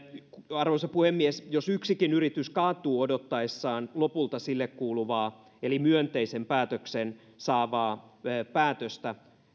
arvoisa puhemies jos yksikin yritys kaatuu odottaessaan lopulta sille kuuluvaa eli myönteisen päätöksen saavaa